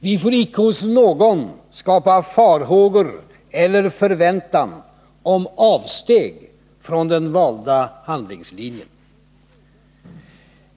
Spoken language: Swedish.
Vi får icke hos någon skapa farhågor eller förväntan om avsteg från den valda handlingslinjen.